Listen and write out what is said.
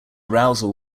arousal